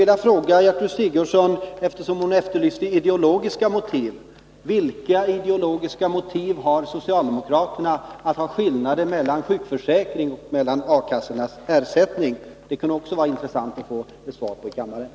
Men eftersom Gertrud Sigurdsen efterlyste ideologiska motiv, skulle jag vilja fråga henne: Vilka ideologiska motiv har socialdemokraterna för att godta skillnader mellan ersättningen enligt sjukförsäkringen och den ersättning som A-kassorna betalar ut? Det kunde vara intressant att i kammaren få svar också på den frågan.